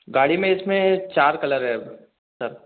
गाड़ी में इसमें चार कलर है सर